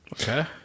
Okay